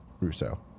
Russo